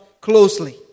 closely